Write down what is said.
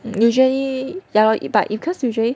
usually ya lor but because usually